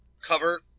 cover